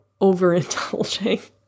overindulging